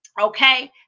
Okay